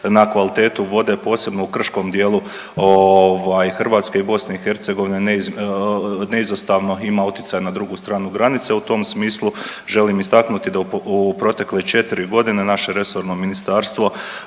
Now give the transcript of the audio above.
na kvalitetu vode posebno u krškom dijelu Hrvatske i BiH neizostavno ima utjecaj na drugu stranu granice. U tom smislu želim istaknuti da u protekle četiri godine naše resorno ministarstvo